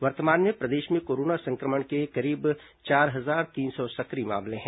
वर्तमान में प्रदेश में कोरोना संक्रमण के करीब चार हजार तीन सौ सक्रिय मामले हैं